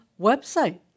website